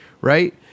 right